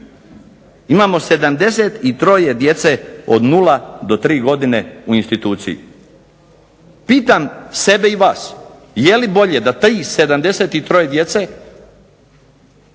Imamo 73 djece od 0 do 3 godine u instituciji. Pitam sebe i vas, jeli bolje da tih 73 djece